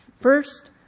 First